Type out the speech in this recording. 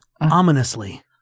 ominously